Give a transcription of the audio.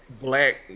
black